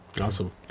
Awesome